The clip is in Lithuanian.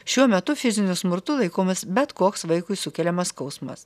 šiuo metu fiziniu smurtu laikomas bet koks vaikui sukeliamas skausmas